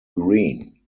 green